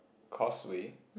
causeway